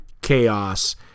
chaos